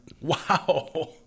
Wow